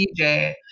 DJ